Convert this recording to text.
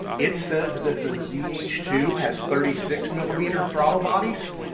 it says that the z h two has thirty six millimeter throttle bodies,